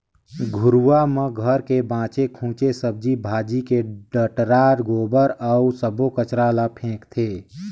घुरूवा म घर के बाचे खुचे सब्जी भाजी के डठरा, गोबर अउ सब्बो कचरा ल फेकथें